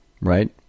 right